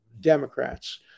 Democrats